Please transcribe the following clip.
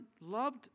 loved